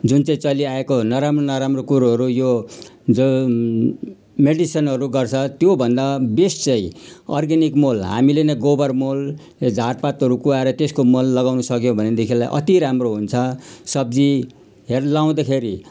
जुन चाहिँ चलिआएको नराम्रो नराम्रो कुरोहरू यो जो मेडिसनहरू गर्छ त्यो भन्दा बेस्ट चाहिँ अर्गानिक मल हामीले नै गोबर मल वा झारपातहरू कुहाएर त्यसको मल लगाउनु सक्यो भनेदेखिलाई अति राम्रो हुन्छ सब्जीहरू लगाउँदाखेरि